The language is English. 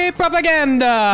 propaganda